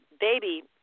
baby